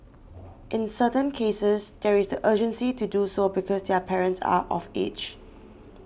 in certain cases there is the urgency to do so because their parents are of age